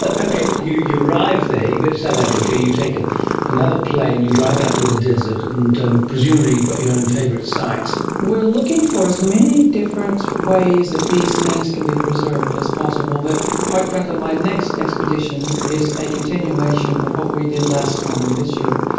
but okay, you you arrive there, you go to south africa, you take ah another plane, you drive out to the desert and presumably you've got your own favourite sites. we're looking for as many different ways that these things can be preserved as possible but, quite frankly, my next expedition is a continuation of what we did last time and this year,